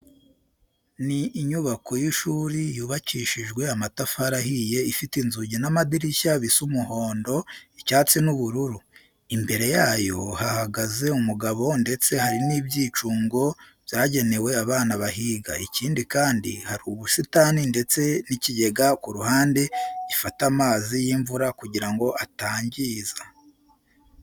Ni inyubako y'ishuri yubakishijwe amatafari ahiye, ifite inzugi n'amadirishya bisa umuhondo, icyatsi n'ubururu. Imbere yayo hahagaze umugabo ndetse hari n'ibyicungo byagenewe abana bahiga. Ikindi kandi, hari ubusitani ndetse n'ikigega ku ruhande gifata amazi y'imvura kugira ngo atangiza.